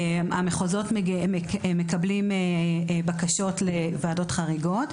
המחוזות מקבלים בקשות לוועדות חריגות,